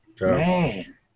man